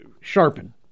sharpen